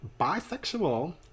bisexual